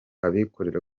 abikorera